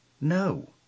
No